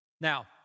Now